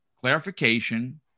clarification